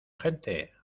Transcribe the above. gente